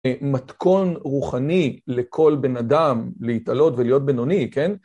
מתכון רוחני לכל בן אדם להתעלות ולהיות בינוני, כן?